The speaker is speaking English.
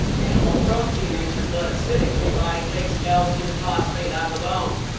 animal protein makes your blood acidic, so your body takes calcium phosphate out of the bones.